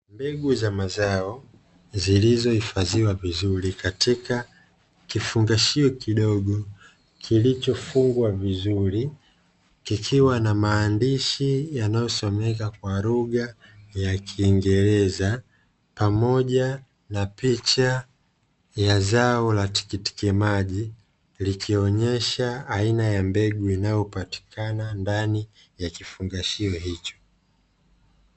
Mbegu za mazao zilizohifadhiwa vizuri katika kifungashio kidogo kilichofungwa vizuri, kikiwa na maandishi yanayosomeka kwa lugha ya Kingereza pamoja na picha ya zao la tikitimaji, likionyesha aina ya mbegu inayopatikana ndani ya kifungashio hicho.